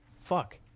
fuck